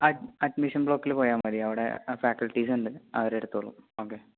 admission ബ്ലോക്കിൽ പോയാൽ മതി അവിടെ ഫാക്കൽട്ടീസുണ്ട് അവരെടുത്തോളും ഓക്കെ